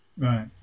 Right